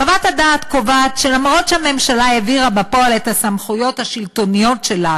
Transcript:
חוות הדעת קובעת שלמרות שהממשלה העבירה בפועל את הסמכויות השלטוניות שלה